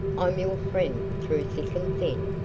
i'm your friend through thick and thin.